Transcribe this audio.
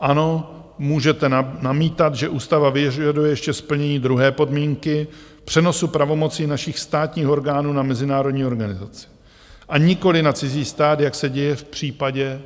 Ano, můžete namítat, že ústava vyžaduje ještě splnění druhé podmínky, přenosu pravomocí našich státních orgánů na mezinárodní organizaci a nikoliv na cizí stát, jak se děje v případě